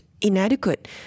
inadequate